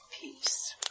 peace